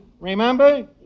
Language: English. Remember